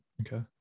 okay